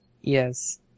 yes